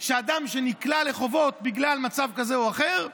שאדם שנקלע לחובות בגלל מצב כזה או אחר,